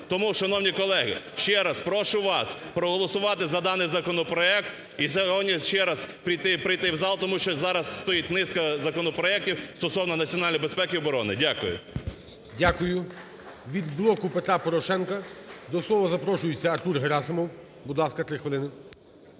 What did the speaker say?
Тому, шановні колеги, ще раз прошу вас проголосувати за даний законопроект і ще раз прийняти в зал, тому що зараз стоїть низка законопроектів стосовно національної безпеки і оборони. Дякую. ГОЛОВУЮЧИЙ. Дякую. Від "Блоку Петра Порошенка" до слова запрошується Артур Герасимов. Будь ласка, три хвилини.